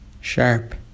sharp